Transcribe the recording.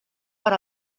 per